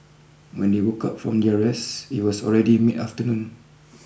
when they woke up from their rest it was already mid afternoon